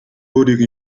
өөрийг